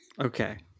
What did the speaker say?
Okay